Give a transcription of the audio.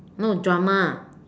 no drama